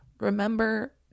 Remember